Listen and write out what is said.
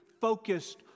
focused